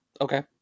Okay